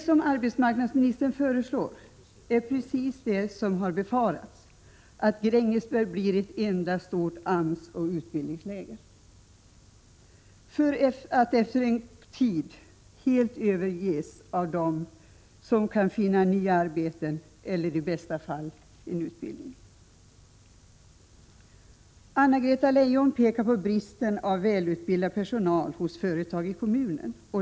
Vad arbetsmarknadsministern föreslår är precis det som har befarats, att Grängesberg blir ett enda stort AMS och utbildningsläger, för att efter en tid helt överges av dem som kan finna nya arbeten eller i bästa fall en utbildning. Anna-Greta Leijon pekar på bristen på välutbildad personal hos flera företag i kommunen.